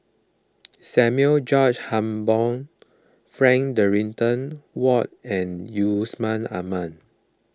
Samuel George Hambon Frank Dorrington Ward and Yusman Aman